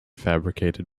fabricated